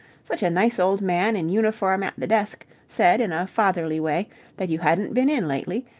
such a nice old man in uniform at the desk said in a fatherly way that you hadn't been in lately,